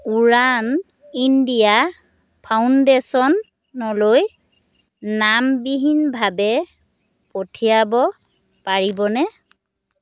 Udaan India foundation অলৈ নামবিহীনভাৱে পঠিয়াব পাৰিবনে